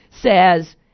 says